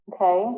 Okay